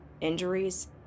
injuries